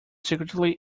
secretly